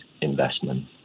investment